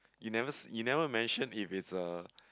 you never you never mention if it's a